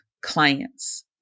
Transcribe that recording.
clients